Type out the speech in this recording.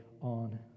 on